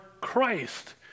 Christ